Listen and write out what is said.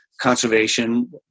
conservation